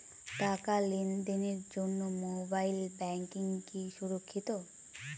টাকা লেনদেনের জন্য মোবাইল ব্যাঙ্কিং কি সুরক্ষিত?